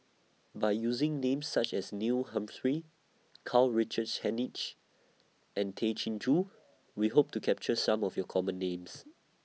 By using Names such as Neil Humphreys Karl Richard Hanitsch and Tay Chin Joo We Hope to capture Some of YOU Common Names